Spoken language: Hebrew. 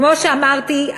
כמו שאמרתי,